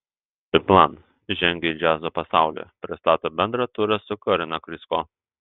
biplan žengia į džiazo pasaulį pristato bendrą turą su karina krysko